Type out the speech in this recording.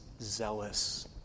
zealous